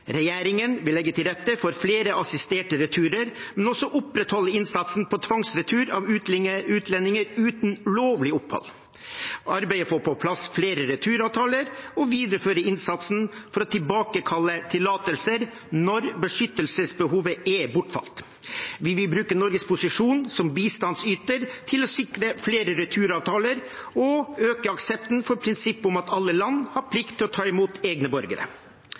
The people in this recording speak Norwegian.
Regjeringen vil legge til rette for flere assisterte returer, men også opprettholde innsatsen på tvangsretur av utlendinger uten lovlig opphold, arbeide for å få på plass flere returavtaler og videreføre innsatsen for å tilbakekalle tillatelser når beskyttelsesbehovet er bortfalt. Vi vil bruke Norges posisjon som bistandsyter til å sikre flere returavtaler og øke aksepten for prinsippet om at alle land har plikt til å ta imot egne borgere.